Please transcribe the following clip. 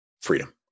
freedom